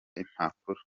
impapuro